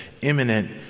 imminent